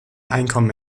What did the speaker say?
einkommen